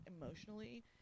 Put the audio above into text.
emotionally